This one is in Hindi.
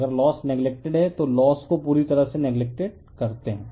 अगर लोस नेग्लेक्टेड है तो लोस को पूरी तरह से नेग्लेक्टेड करते है